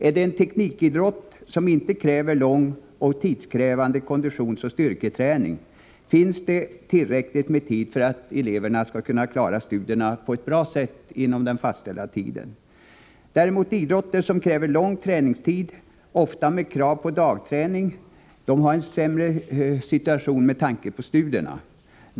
Är det en teknikidrott som inte fordrar lång och tidskrävande konditionsoch styrketräning finns det tillräckligt med tid för att eleverna skall kunna klara studierna på ett bra sätt inom den fastställda tiden. När det däremot gäller idrotter som kräver lång träningstid — ofta med krav på dagträning — har man en sämre situation med tanke på studierna.